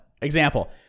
example